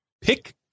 Pick